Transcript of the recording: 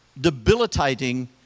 debilitating